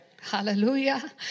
Hallelujah